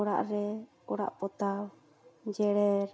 ᱚᱲᱟᱜ ᱨᱮ ᱚᱲᱟᱜ ᱯᱚᱛᱟᱣ ᱡᱮᱨᱮᱲ